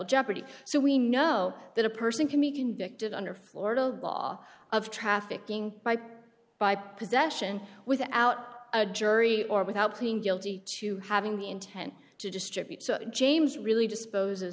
jeopardy so we know that a person can be convicted under florida law of trafficking by by possession without a jury or without being guilty to having intent to distribute so james really dispose